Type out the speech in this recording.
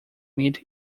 mid